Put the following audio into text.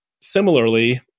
similarly